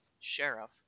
sheriff